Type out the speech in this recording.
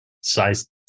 size